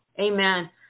Amen